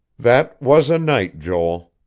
that was a night, joel.